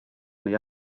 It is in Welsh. neu